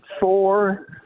four